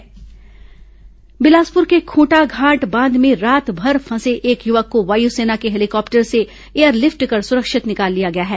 युवक एयरलिफ्ट बिलासपुर के खूंटाघाट बांध में रातभर फंसे एक युवक को वायुसेना के हेलीकॉप्टर से एयरलिफ्ट कर सुरक्षित निकाल लिया गया है